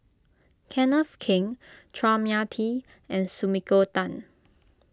Kenneth Keng Chua Mia Tee and Sumiko Tan